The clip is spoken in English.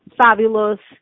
fabulous